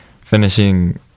finishing